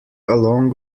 along